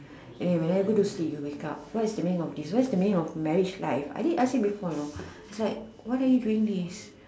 and when I go to sleep you wake up what's the meaning of what's the meaning of marriage life I did ask him before you know is like what are you doing this